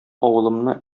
авылымны